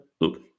look